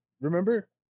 remember